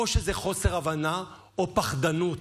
או שזה חוסר הבנה או פחדנות,